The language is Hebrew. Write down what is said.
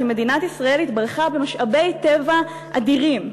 מדינת ישראל התברכה במשאבי טבע אדירים,